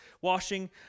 washing